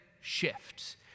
shifts